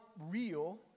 real